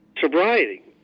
sobriety